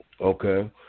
Okay